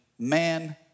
Man